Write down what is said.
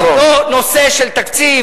זה לא נושא של תקציב,